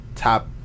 top